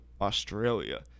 Australia